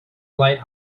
light